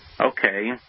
Okay